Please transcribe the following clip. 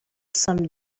some